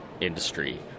industry